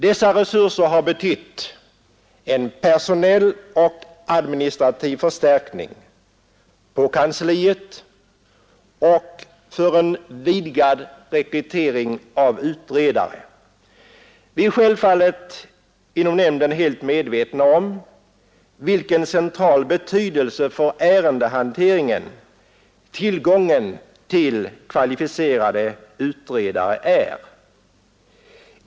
Dessa resurser har betytt en personell och administrativ förstärkning av kansliet och en vidgad rekrytering av utredare. Vi är självfallet inom nämnden helt medvetna om vilken central betydelse för ärendehanteringen tillgången på kvalificerade utredare har.